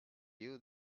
you